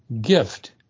gift